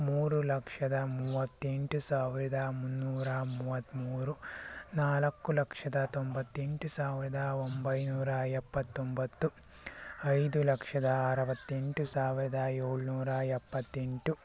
ಮೂರು ಲಕ್ಷದ ಮೂವತ್ತೆಂಟು ಸಾವಿರದ ಮುನ್ನೂರ ಮೂವತ್ತ್ಮೂರು ನಾಲ್ಕು ಲಕ್ಷದ ತೊಂಬತ್ತೆಂಟು ಸಾವಿರದ ಒಂಬೈನೂರ ಎಪ್ಪತ್ತೊಂಬತ್ತು ಐದು ಲಕ್ಷದ ಅರವತ್ತೆಂಟು ಸಾವಿರದ ಏಳುನೂರ ಎಪ್ಪತ್ತೆಂಟು